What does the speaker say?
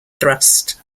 thrust